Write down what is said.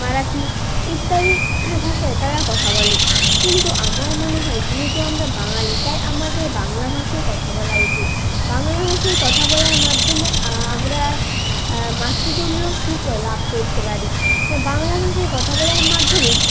মারাঠি ইত্যাদি ভাষায় তারা কথা বলে কিন্তু আমার মনে হয় যেহেতু আমরা বাঙালি তাই আমাদের বাংলা ভাষায় কথা বলা উচিত বাংলা ভাষায় কথা বলার মাধ্যমে আমরা এক মাতৃতুল্য সুখ লাভ করতে পারি বাংলা ভাষায় কথা বলার মাধ্যমে